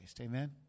amen